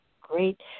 great